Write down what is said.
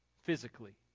physically